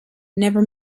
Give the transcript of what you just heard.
never